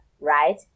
right